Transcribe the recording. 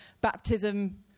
baptism